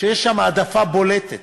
ויש שם העדפה בולטת